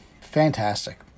fantastic